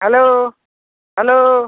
hello hello